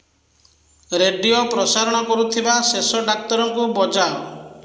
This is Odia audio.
ରେଡିଓ ପ୍ରସାରଣ କରୁଥିବା ଶେଷ ଡାକ୍ତରଙ୍କୁ ବଜାଅ